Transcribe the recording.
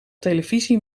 televisie